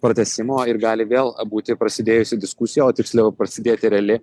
pratęsimo ir gali vėl būti prasidėjusi diskusija o tiksliau prasidėti reali